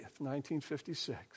1956